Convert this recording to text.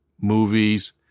movies